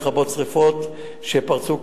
לכבות שרפות שפרצו,